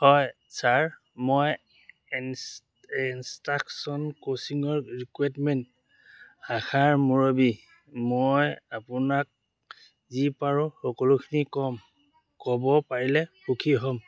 হয় ছাৰ মই N instruction কোচিঙৰ ৰিক্ৰুইটমেণ্ট শাখাৰ মুৰব্বী মই আপোনাক যি পাৰো সকলোখিনি ক'ব পাৰিলে সুখী হ'ম